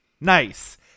nice